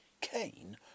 Kane